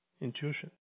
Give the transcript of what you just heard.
intuition